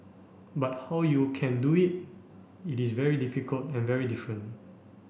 but how you can do it it is very difficult and very different